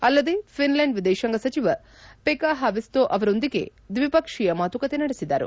ಅಲ್ಲದೆ ಫಿನ್ಲೆಂಡ್ ವಿದೇಶಾಂಗ ಸಚಿವ ಪೆಕಾ ಹಾವಿಸ್ತೋ ಅವರೊಂದಿಗೆ ದ್ವಿಪಕ್ಷೀಯ ಮಾತುಕತೆ ನಡೆಸಿದರು